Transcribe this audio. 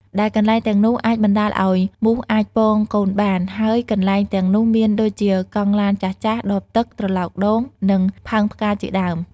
ដែលកន្លែងទាំងនោះ អាចបណ្ដាលឲ្យមូសអាចពងកូនបាន ហើយកន្លែងទាំងនោះមានដូចជាកង់ឡានចាស់ៗ ដបទឹក ត្រឡោកដូង និងផើងផ្កាជាដើម។